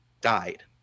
died